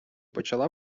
почала